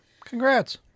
Congrats